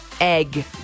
egg